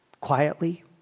Quietly